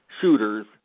shooters